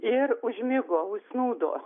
ir užmigo užsnūdo